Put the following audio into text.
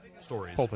stories